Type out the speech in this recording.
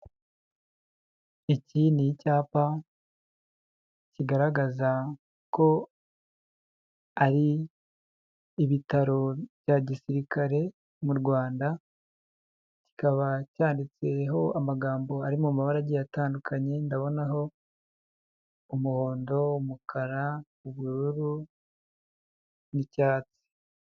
Iki ni icyapa, kigaragaza ko ari ibitaro bya gisirikare mu Rwanda, kikaba cyanditseho amagambo ari mu mabara agiye atandukanye, ndabonaho umuhondo, umukara, ubururu, n'icyatsi.